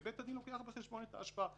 ובית הדין לוקח בחשבון את ההשפעה.